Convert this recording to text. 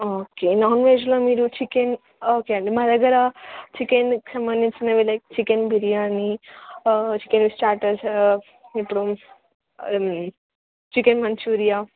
okay non వెజ్లో మీరు chicken okay అండి మా దగ్గర చికెన్కి సంబంధించినవి like chicken biryani chicken with starters ఇప్పుడు చికెన్ మంచూరియా